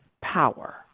power